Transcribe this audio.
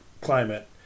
climate